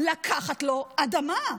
לקחת לו אדמה.